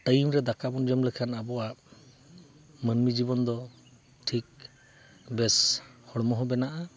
time ᱨᱮ ᱫᱟᱠᱟ ᱵᱚᱱ ᱡᱚᱢ ᱞᱮᱠᱷᱟᱱ ᱟᱵᱚᱣᱟᱜ ᱢᱟᱹᱱᱢᱤ ᱡᱤᱵᱚᱱ ᱫᱚ ᱴᱷᱤᱠ ᱵᱮᱥ ᱦᱚᱲᱢᱚ ᱦᱚᱸ ᱵᱮᱱᱟᱜᱼᱟ